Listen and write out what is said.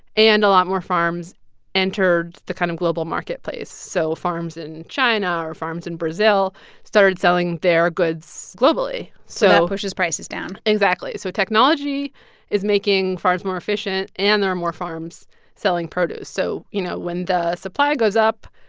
and a lot more farms entered the kind of global marketplace. so farms in china or farms in brazil started selling their goods globally. so. that pushes prices down exactly. so technology is making farms more efficient, and there are more farms selling produce. so you know, when the supply goes up,